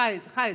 חיץ חיץ.